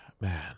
man